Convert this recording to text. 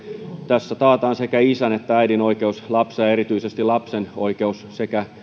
tässä taataan sekä isän että äidin oikeus lapseen ja erityisesti lapsen oikeus sekä